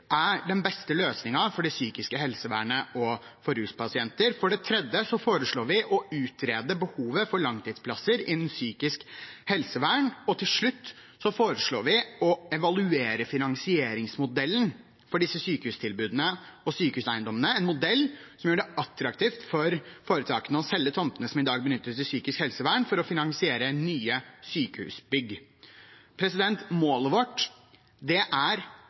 er den beste løsningen for det psykiske helsevernet og for ruspasienter. For det tredje foreslår vi å utrede behovet for langtidsplasser innen psykisk helsevern, og til slutt foreslår vi å evaluere finansieringsmodellen for disse sykehustilbudene og sykehuseiendommene, en modell som gjør det attraktivt for foretakene å selge tomtene som i dag benyttes i psykisk helsevern, for å finansiere nye sykehusbygg. Målet vårt er gode nok og mange nok plasser i det